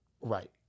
right